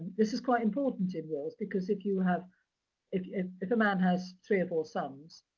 this is quite important in wills, because if you have if if a man has three or four sons,